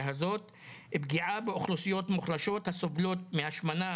הזאת ופגיעה באוכלוסיות מוחלשות הסובלות מהשמנה,